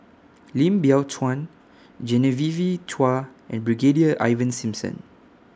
Lim Biow Chuan Genevieve Chua and Brigadier Ivan Simson